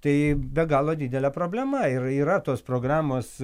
tai be galo didelė problema ir yra tos programos